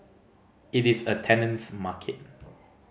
it is a tenant's market